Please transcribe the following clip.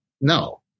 No